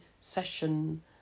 session